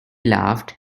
laughed